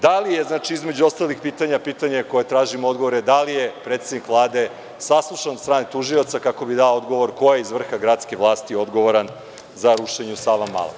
Da li je, između ostalih pitanja, a pitanje na koje tražimo je da li je predsednik Vlade saslušan od strane tužioca kako bi dao odgovor ko je iz vrha gradske vlasti odgovoran za rušenje u Savamaloj?